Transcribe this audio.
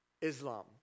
Islam